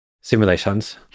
simulations